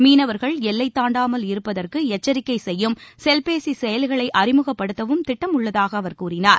மீனவர்கள் எல்லை தாண்டாமல் இருப்பதற்கு எச்சரிக்கை செய்யும் செல்பேசி செயலிகளை அறிமுகப்படுத்தவும் திட்டம் உள்ளதாக அவர் கூறினார்